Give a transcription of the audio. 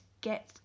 get